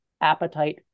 appetite